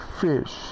fish